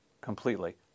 completely